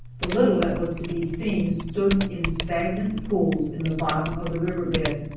the little that was to be seen stood in stagnant pools in the bottom of the river bed.